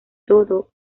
todo